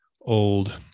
old